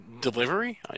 Delivery